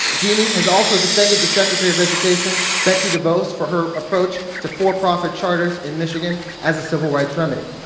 jeanne has also defended the secretary of education, betsy devos, for her approach to for-profit charters in michigan as a civil rights remedy.